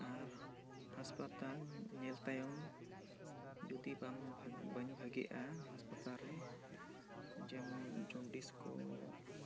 ᱟᱨ ᱦᱟᱥᱯᱟᱛᱟᱞ ᱧᱮᱞ ᱛᱟᱭᱚᱢ ᱡᱩᱫᱤ ᱵᱟᱢ ᱵᱟᱹᱧ ᱵᱷᱟᱜᱮᱜᱼᱟ ᱦᱟᱥᱯᱟᱛᱟᱞ ᱨᱮ ᱡᱮᱢᱚᱱ ᱡᱚᱱᱰᱤᱥ ᱠᱚ ᱫᱷᱟᱹᱛᱩ ᱠᱚ